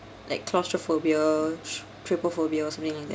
like claustrophobia t~ trypophobia or something like that